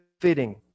fitting